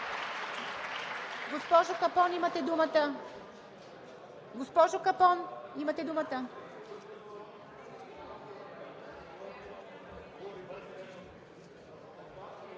Госпожо Капон, имате думата.